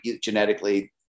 genetically